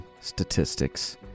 statistics